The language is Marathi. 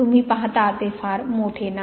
तुम्ही पाहता ते फार मोठे नाही